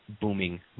booming